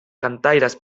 cantaires